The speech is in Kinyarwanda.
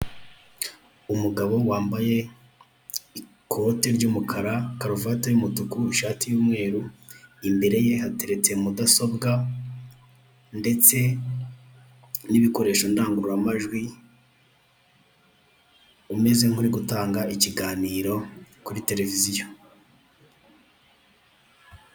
Umugabo wambaye ikote ry'umukara, karuvati y'umutuku, ishati y'umweru, imbere ye hateretse mudasobwa ndetse n'ibikoresho ndangururamajwi, umeze nk'urigutanga ikiganiro kuri televiziyo.